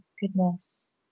goodness